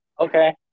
Okay